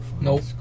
Nope